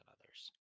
others